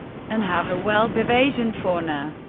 and have a wealth of asian fauna.